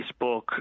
Facebook